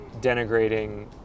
denigrating